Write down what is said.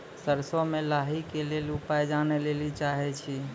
सरसों मे लाही के ली उपाय जाने लैली चाहे छी?